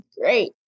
great